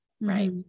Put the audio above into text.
Right